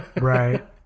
right